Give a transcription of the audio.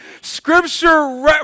Scripture